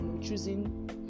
choosing